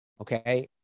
Okay